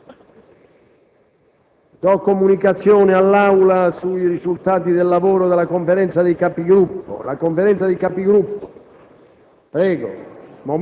Do comunicazione all'Aula dei risultati della Conferenza dei Capigruppo.